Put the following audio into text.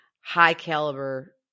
high-caliber